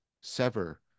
sever